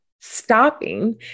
stopping